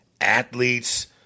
athletes